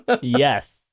Yes